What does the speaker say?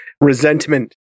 resentment